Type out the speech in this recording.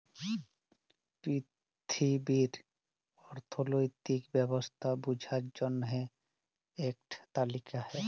পিথিবীর অথ্থলৈতিক ব্যবস্থা বুঝার জ্যনহে ইকট তালিকা হ্যয়